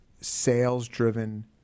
sales-driven